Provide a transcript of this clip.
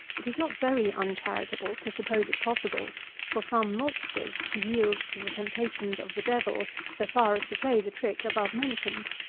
it is not very uncharitable to suppose it possible for some maltsters to yield to the temptations of the devil so far as to play the trick above mentioned.